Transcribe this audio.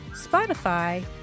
Spotify